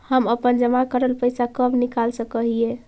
हम अपन जमा करल पैसा कब निकाल सक हिय?